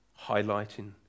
highlighting